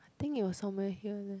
think it was somewhere here leh